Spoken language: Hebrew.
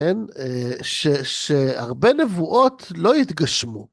שהרבה נבואות לא התגשמו.